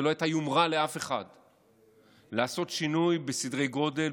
ולא הייתה יומרה לאף אחד לעשות שינוי בסדרי גודל,